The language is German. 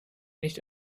nicht